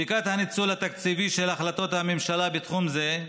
בדיקת הניצול התקציבי של החלטות הממשלה בתחום זה,